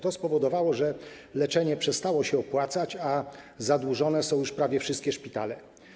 To spowodowało, że leczenie przestało się opłacać, a zadłużone są już prawie wszystkie szpitale.